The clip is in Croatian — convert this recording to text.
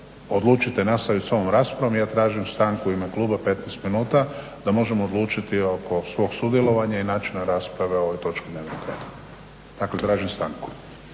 odlučite nastaviti s ovom raspravom ja tražim stanku u ime kluba 15 minuta da možemo odlučiti oko svog sudjelovanja i načina rasprave o ovoj točki dnevnog reda. Dakle, tražim stanku.